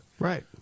right